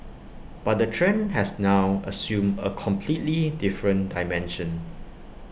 but the trend has now assumed A completely different dimension